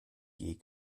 die